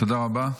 תודה רבה.